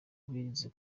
birinze